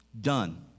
Done